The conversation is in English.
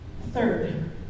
Third